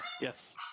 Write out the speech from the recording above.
Yes